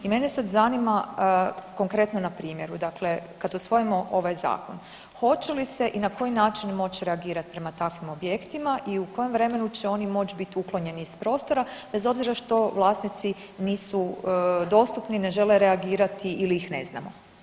I mene sad zanima, konkretno na primjeru, dakle, kad usvojimo ovaj Zakon, hoće li se i na koji način moći reagirati prema takvim objektima i u kojem vremenu će oni moći biti uklonjeni iz prostora, bez obzira što vlasnici nisu dostupni, ne žele reagirati ili ih ne znamo?